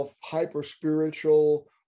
hyper-spiritual